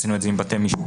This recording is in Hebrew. עשינו את זה עם בתי משפט,